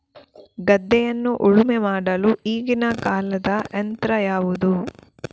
ಗದ್ದೆಯನ್ನು ಉಳುಮೆ ಮಾಡಲು ಈಗಿನ ಕಾಲದ ಯಂತ್ರ ಯಾವುದು?